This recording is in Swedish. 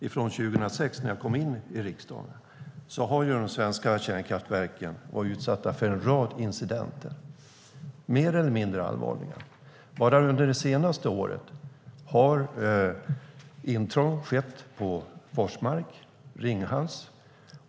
Sedan 2006, när jag kom in i riksdagen, har de svenska kärnkraftverken utsatts för en rad incidenter, mer eller mindre allvarliga. Bara under det senaste året har intrång skett på Forsmark och Ringhals.